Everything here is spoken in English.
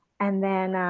and then,